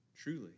Truly